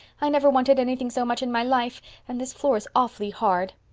i never wanted anything so much in my life and this floor is awfully hard.